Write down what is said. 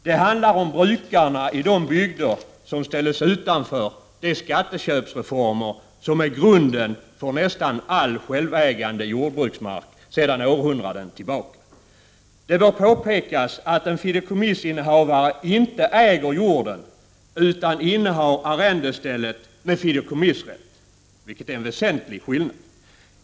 Det handlar om brukarna i de bygder som ställdes utanför de skatteköpsreformer som är grunden för nästan all enskilt ägd jordbruksmark sedan århundraden tillbaka. Det bör påpekas att en fideikommissinnehavare inte äger jorden utan innehar arrendestället med fideikommissrätt, vilket är en väsentlig skillnad.